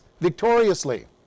victoriously